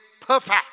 perfect